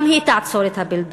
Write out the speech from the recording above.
גם היא תעצור את הבולדוזר.